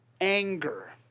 anger